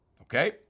okay